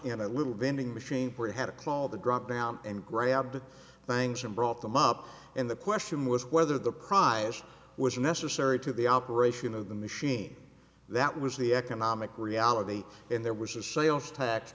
little vending machine where you had a clone of the drop down and grab things and brought them up and the question was whether the prize was necessary to the operation of the machine that was the economic reality and there was a sales tax